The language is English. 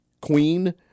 Queen